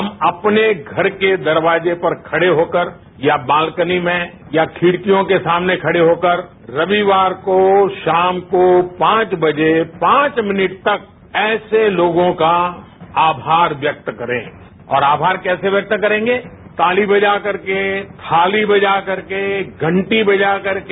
हम अपने घर के दरवाजे पर खडे होकर या बाल्कनी में या खिडकियों के सामने खडे होकर रविवार को शाम को पांच बजे पांच मिनट तक ऐसे लोगों का आभार व्यक्त करें और आभार कैसे व्यक्त करेंगे ताली बजाकर के थाली बजाकर के घंटी बजाकर के